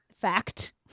fact